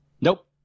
Nope